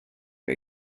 for